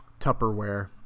Tupperware